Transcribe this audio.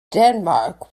denmark